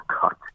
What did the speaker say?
cut